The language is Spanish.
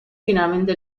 finalmente